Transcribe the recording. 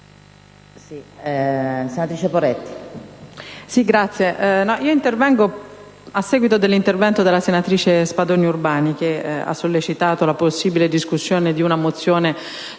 Presidente, intervengo a seguito dell'intervento della senatrice Spadoni Urbani che ha sollecitato la possibile discussione di una mozione sulla